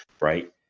right